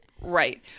Right